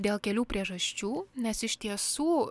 dėl kelių priežasčių nes iš tiesų